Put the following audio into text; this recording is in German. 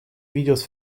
videos